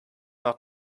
nach